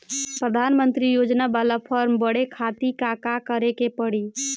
प्रधानमंत्री योजना बाला फर्म बड़े खाति का का करे के पड़ी?